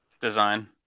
design